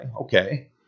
Okay